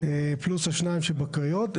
פלוס השתיים שבקריות.